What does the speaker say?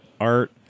art